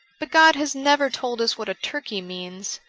but god has never told us what a turkey means.